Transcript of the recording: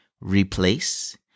replace